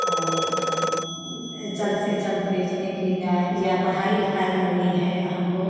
और ये जल्द से जल्द भेजने की या या पढ़ाई लिखाई करनी है हमको